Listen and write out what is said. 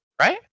right